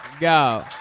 go